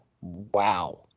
wow